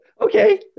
Okay